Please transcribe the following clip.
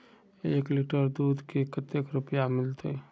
एक लीटर दूध के कते रुपया मिलते?